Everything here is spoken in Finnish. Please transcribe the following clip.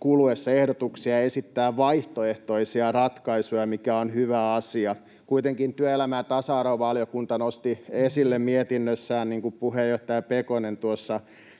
kuluessa ehdotuksia ja esittää vaihtoehtoisia ratkaisuja, mikä on hyvä asia. Kuitenkin työelämä- ja tasa-arvovaliokunta nosti esille mietinnössään, niin kuin puheenjohtaja Pekonen tuossa kävi